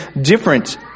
different